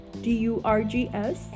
D-U-R-G-S